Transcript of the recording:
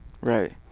Right